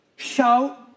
Shout